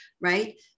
right